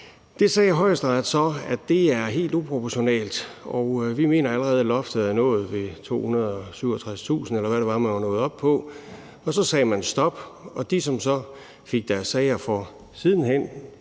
Det sagde Højesteret så var helt uproportionalt; man mente, at loftet allerede var nået ved 267.000 kr., eller hvad det var, man var nået op på, og så sagde man stop. De gerningsmand, som så fik deres sager for sidenhen,